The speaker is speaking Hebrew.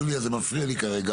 יוליה זה מפריע לי כרגע.